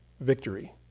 victory